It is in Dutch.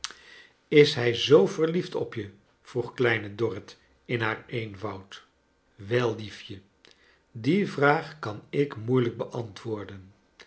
is hij zoo verliefd op je vroeg kleine dorrit in haar eenvoud wel liefje die vraag kan ik moeilijk beantwoorden